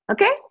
Okay